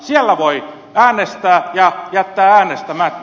siellä voi äänestää ja jättää äänestämättä